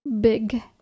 big